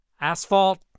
asphalt